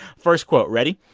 first quote. ready?